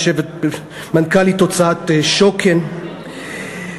מנכ"לית הוצאת "שוקן".